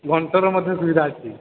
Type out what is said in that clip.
ଘଣ୍ଟର ମଧ୍ୟ ସୁବିଧା ଅଛି